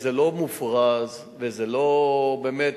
זה לא מופרז וזה לא, באמת,